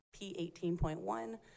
P18.1